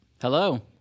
Hello